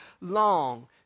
long